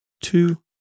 Two